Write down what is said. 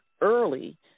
early